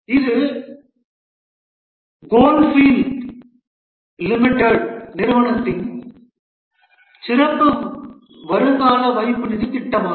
இது coalfield limited நிறுவனத்திற்கான சிறப்பு வருங்கால வைப்பு நிதி திட்டமாகும்